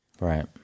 Right